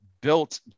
built